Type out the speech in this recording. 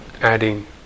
adding